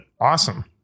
Awesome